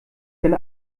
bin